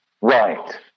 Right